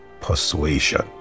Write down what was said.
persuasion